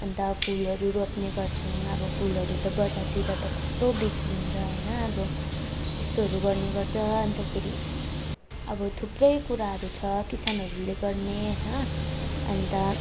अन्त फुलहरू रोप्ने गर्छन् अब फुलहरू त बजारतिर त कस्तो बिक्री हुन्छ होइन अब त्यस्तोहरू गर्ने गर्छ अन्तखेरि अब थुप्रै कुराहरू छ किसानहरूले गर्ने होइन अन्त